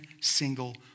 single